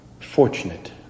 fortunate